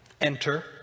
enter